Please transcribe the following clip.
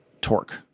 torque